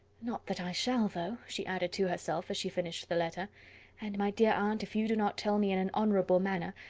not that i shall, though, she added to herself, as she finished the letter and my dear aunt, if you do not tell me in an honourable manner,